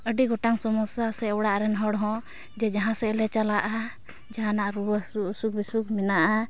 ᱟᱹᱰᱤ ᱜᱚᱴᱟᱝ ᱥᱚᱢᱚᱥᱥᱟ ᱥᱮ ᱚᱲᱟᱜᱨᱮᱱ ᱦᱚᱲᱦᱚᱸ ᱡᱮ ᱡᱟᱦᱟᱸᱥᱮᱫ ᱞᱮ ᱪᱟᱞᱟᱜᱼᱟ ᱡᱟᱦᱟᱱᱟᱜ ᱨᱩᱣᱟᱹᱦᱟᱹᱥᱩ ᱚᱥᱩᱠᱷᱼᱵᱤᱥᱩᱠᱷ ᱢᱮᱱᱟᱜᱼᱟ